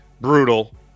brutal